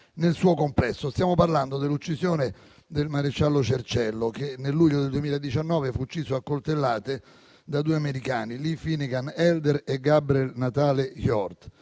nel suo complesso. Stiamo parlando dell'uccisione del maresciallo Cerciello, che nel luglio del 2019 fu ucciso a coltellate da due americani, Lee Elder Finnegan e Gabriel Natale Hjorth,